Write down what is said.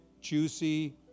juicy